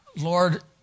Lord